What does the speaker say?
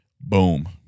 Boom